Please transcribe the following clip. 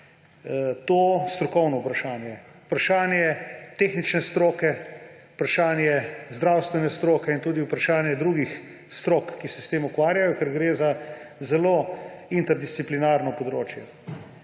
to strokovno vprašanje. To je vprašanje tehnične stroke, vprašanje zdravstvene stroke in tudi vprašanje drugih strok, ki se s tem ukvarjajo, ker gre za zelo interdisciplinarno področje.